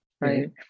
right